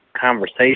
conversation